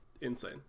insane